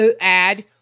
ad